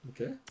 Okay